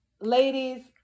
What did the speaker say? Ladies